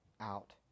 out